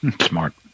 Smart